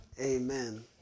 Amen